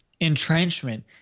entrenchment